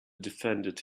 defended